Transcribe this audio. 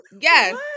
Yes